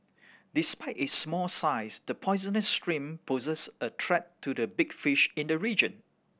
despite its small size the poisonous shrimp poses a threat to the big fish in the region